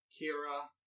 Kira